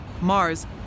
Mars